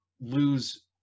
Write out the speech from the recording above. lose